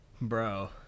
Bro